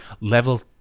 Level